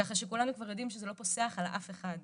ככה שכולנו כבר יודעים שזה לא פוסח על אף אחד.